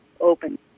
open